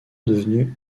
devenu